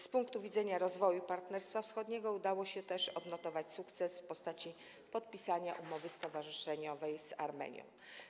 Z punktu widzenia rozwoju Partnerstwa Wschodniego udało się też odnotować sukces w postaci podpisania umowy stowarzyszeniowej z Armenią.